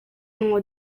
ngo